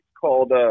called